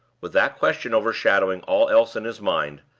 with that question overshadowing all else in his mind,